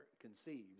conceives